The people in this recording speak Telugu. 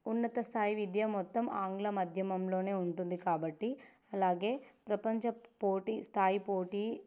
ఉన్నత స్థాయి విద్య మొత్తం ఆంగ్ల మధ్యమంలో ఉంటుంది కాబట్టి అలాగే ప్రపంచ పోటీ స్థాయి పోటీ